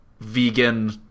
vegan